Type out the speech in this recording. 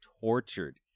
tortured